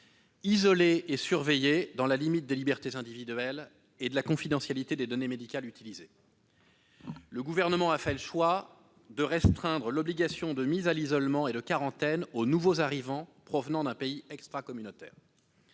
isoler et surveiller, dans la limite des libertés individuelles et de la confidentialité des données médicales utilisées. Le Gouvernement a fait le choix de restreindre l'obligation de mise à l'isolement et de quarantaine aux nouveaux arrivants provenant d'un pays extracommunautaire.